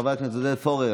חבר הכנסת עודד פורר,